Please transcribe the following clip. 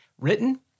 written